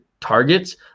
targets